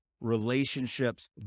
relationships